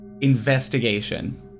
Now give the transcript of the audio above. investigation